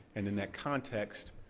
and in that context,